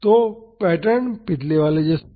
तो पैटर्न पिछले वाले जैसा ही है